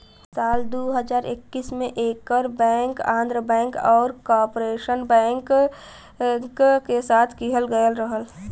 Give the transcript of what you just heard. साल दू हज़ार इक्कीस में ऐकर विलय आंध्रा बैंक आउर कॉर्पोरेशन बैंक के साथ किहल गयल रहल